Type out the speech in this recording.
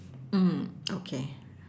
mm okay